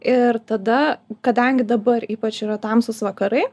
ir tada kadangi dabar ypač yra tamsūs vakarai